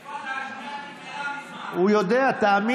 אדוני, אני אומר, האינתיפאדה השנייה נגמרה מזמן.